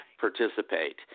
participate